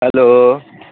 hello